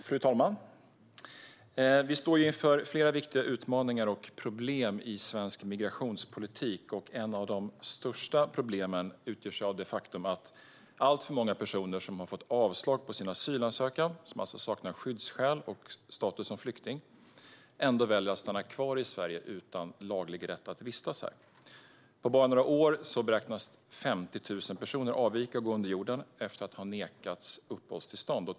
Fru talman! Vi står inför flera viktiga utmaningar och problem i svensk migrationspolitik. Ett av de största problemen utgörs av det faktum att alltför många personer som har fått avslag på sin asylansökan, och alltså saknar skyddsskäl och status som flykting, ändå väljer att stanna kvar i Sverige utan laglig rätt att vistas här. På bara några år beräknas 50 000 avvika och gå under jorden efter att ha nekats uppehållstillstånd.